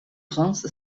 prince